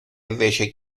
invece